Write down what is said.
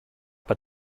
pas